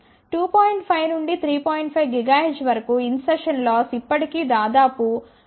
5 GHz వరకు insertion loss ఇప్పటి కీ దాదాపు 0